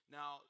Now